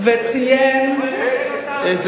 אדוני היושב-ראש,